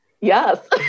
Yes